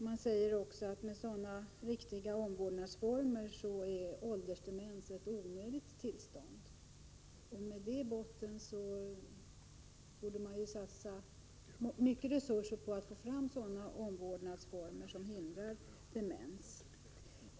Det sägs också att med sådana riktiga omvårdnadsformer är åldersdemens ett onödigt tillstånd. Med detta i botten borde vi satsa mycket resurser på att få fram sådana omvårdnadsformer som hindrar demens.